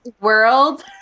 world